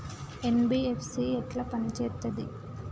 NBFC ఎట్ల పని చేత్తది?